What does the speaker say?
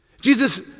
Jesus